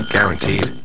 Guaranteed